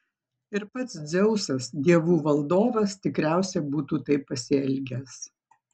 ir pats dzeusas dievų valdovas tikriausiai būtų taip pasielgęs